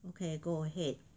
okay go ahead